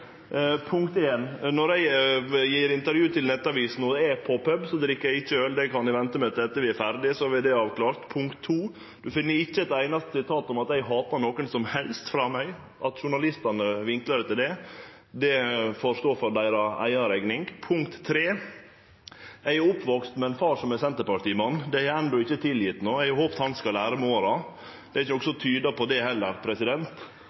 Punkt 1: Når eg gjev intervju til Nettavisen og er på pub, drikk eg ikkje øl. Det kan eg vente med til etter at vi er ferdige – så er det avklart. Punkt 2: Ein finn ikkje eit einaste sitat frå meg om at eg hatar nokon som helst. At journalistane vinklar det slik, får stå for deira rekning. Punkt 3: Eg er oppvaksen med ein far som er Senterparti-mann. Det har eg enno ikkje tilgjeve han. Eg hadde håpt han ville lære med åra – det er ikkje noko som tyder på det heller.